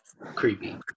creepy